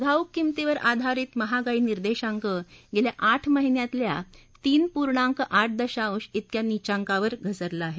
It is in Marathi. घाऊक किंमतीवर आधारित महागाई निर्देशांक गेल्या आठ महिन्यातल्या तीन पूर्णांक आठ दशांश त्रिक्या निचांकावर घसरला आहे